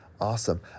awesome